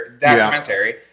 documentary